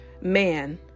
Man